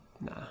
nah